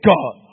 God